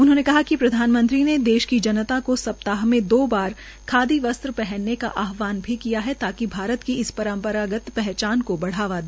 उन्होंने कहा कि प्रधानमंत्री ने देश की जनता को सप्ताह मे दो बार खादी वस्त्र पहनने का आहवान भी किया ताकि भारत की इस परम्परागत पहचान को बढ़ावा दिया जा सके